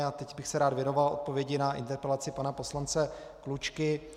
A teď bych se rád věnoval odpovědi na interpelaci pana poslance Klučky.